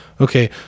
Okay